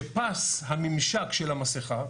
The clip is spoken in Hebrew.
שפס הממשק של המסכה,